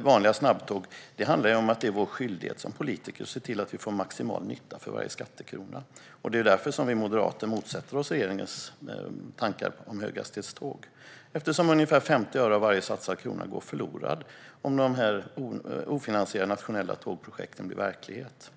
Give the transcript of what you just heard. vanliga snabbtåg handlar om att det är vår skyldighet som politiker att se till att vi får maximal nytta för varje skattekrona. Det är därför som vi moderater motsätter oss regeringens tankar om höghastighetståg, eftersom ungefär 50 öre av varje satsad krona går förlorade om dessa ofinansierade nationella tågprojekt blir verklighet.